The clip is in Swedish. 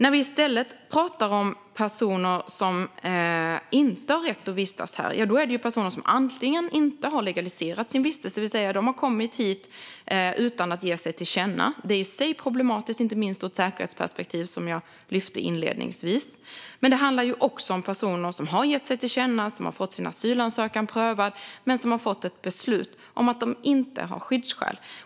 Om vi i stället pratar om personer som inte har rätt att vistas här är det bland annat personer som inte har legaliserat sin vistelse, det vill säga kommit hit utan att ge sig till känna. Det är i sig problematiskt, inte minst ur ett säkerhetsperspektiv, vilket jag lyfte upp inledningsvis. Men det handlar också om personer som gett sig till känna, fått sin asylansökan prövad men fått beslut om att de inte har skyddsskäl.